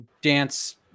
dance